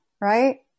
right